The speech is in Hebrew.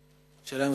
לעשות.